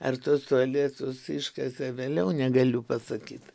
ar tuos tualetus iškasė vėliau negaliu pasakyt